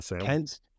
hence